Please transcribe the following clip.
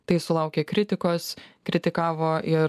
tai sulaukė kritikos kritikavo ir